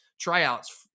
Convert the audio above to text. tryouts